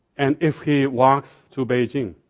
and if he walks to beijing?